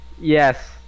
Yes